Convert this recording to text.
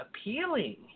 appealing